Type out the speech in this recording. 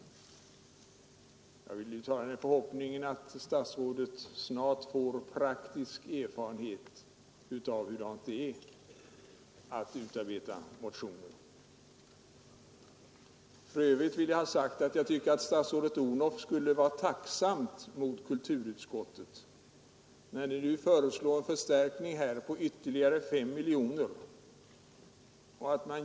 Jag vill uttala den förhoppningen att statsrådet Odhnoff snart får praktisk erfarenhet av motionsarbete. För övrigt tycker jag att statsrådet Odhnoff borde vara tacksam mot kulturutskottet för att utskottet nu föreslår en förstärkning med ytterligare 5 miljoner kronor.